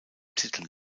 titel